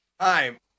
Hi